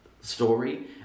story